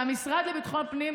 המשרד לביטחון פנים,